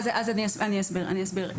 אני אסביר.